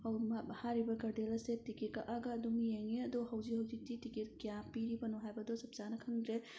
ꯍꯥꯏꯔꯤꯕ ꯒꯥꯔꯗꯦꯜ ꯑꯁꯦ ꯇꯤꯀꯦꯠ ꯀꯛꯑꯒ ꯑꯗꯨꯝ ꯌꯦꯡꯉꯤ ꯑꯗꯣ ꯍꯧꯖꯤꯛ ꯍꯧꯖꯤꯛꯇꯤ ꯇꯤꯀꯦꯠ ꯀꯌꯥ ꯄꯤꯔꯤꯕꯅꯣ ꯍꯥꯏꯕꯗꯣ ꯆꯞ ꯆꯥꯅ ꯈꯪꯗ꯭ꯔꯦ